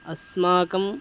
अस्माकम्